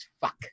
Fuck